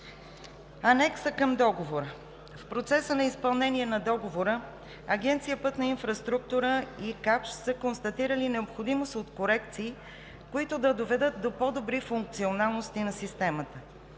Анексът към договора. В процеса на изпълнение на договора Агенция „Пътна инфраструктура“ и „Капш“ са констатирали необходимост от корекции, които да доведат до по-добри функционалности на системата.